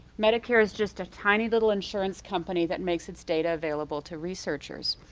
medicare is just tiny little insurance company that makes its data available to researchers.